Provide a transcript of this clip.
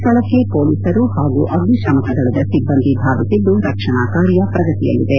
ಸ್ಲಳಕ್ಕೆ ಪೊಲೀಸರು ಹಾಗೂ ಅಗ್ನಿಶಾಮಕ ದಳದ ಸಿಬ್ಬಂದಿ ಧಾವಿಸಿದ್ದು ರಕ್ಷಣಾ ಕಾರ್ಯ ಪ್ರಗತಿಯಲ್ಲಿದೆ